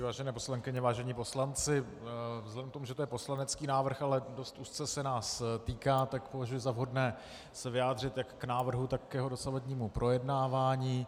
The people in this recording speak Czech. Vážené poslankyně, vážení poslanci, vzhledem k tomu, že to je poslanecký návrh, ale dost úzce se nás týká, tak považuji za vhodné se vyjádřit jak k návrhu, tak k jeho dosavadnímu projednávání.